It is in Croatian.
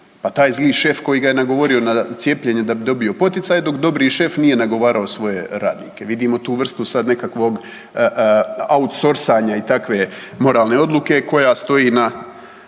Pa taj zli šef koji ga je na nagovorio na cijepljenje da bi dobio poticaj dok dobri šef nije nagovarao svoje radnike. Vidimo tu vrstu sad nekakvog autsorsanja i takve moralne odluke koja stoji na